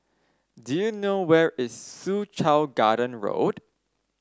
do you know where is Soo Chow Garden Road